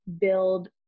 Build